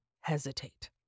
hesitate